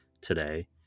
today